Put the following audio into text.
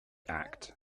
act